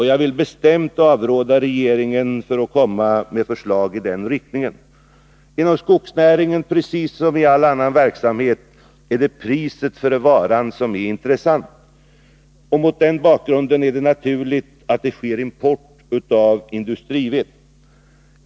Jag vill bestämt avråda regeringen att komma med förslag i den riktningen. Inom skogsnäringen — precis som i all annan verksamhet — är det priset för varan som är intressant. Mot den bakgrunden är det naturligt att det sker import av industrived.